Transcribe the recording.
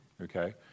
okay